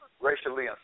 racially